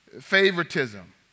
favoritism